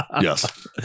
Yes